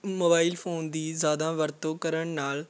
mobile phone ਦੀ ਜ਼ਿਆਦਾ ਵਰਤੋਂ ਕਰਨ ਨਾਲ